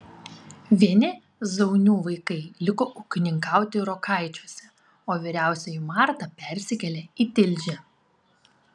vieni zaunių vaikai liko ūkininkauti rokaičiuose o vyriausioji marta persikėlė į tilžę